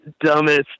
dumbest